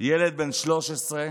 ילד בן 13,